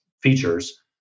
features